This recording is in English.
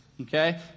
Okay